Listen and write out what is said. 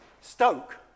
Stoke